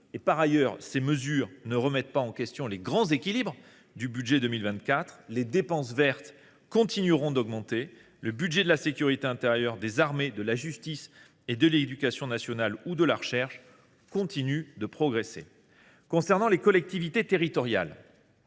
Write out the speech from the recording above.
la même méthode. Ces mesures ne remettent pas en question les grands équilibres du budget pour 2024 : les dépenses vertes continueront à augmenter, et les budgets de la sécurité intérieure, des armées, de la justice, de l’éducation nationale et de la recherche progresseront encore. Concernant les collectivités territoriales,